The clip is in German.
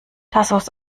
thasos